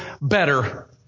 better